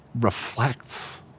reflects